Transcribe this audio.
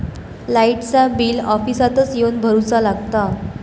लाईटाचा बिल ऑफिसातच येवन भरुचा लागता?